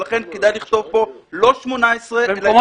ולכן כדאי לכתוב פה לא 18- -- במקומות